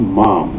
mom